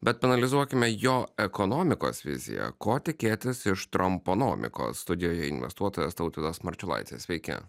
bet paanalizuokime jo ekonomikos viziją ko tikėtis iš tramponomikos studijoje investuotojas tautvydas marčiulaitis sveiki